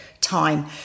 time